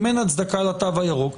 אם אין הצדקה לתו הירוק,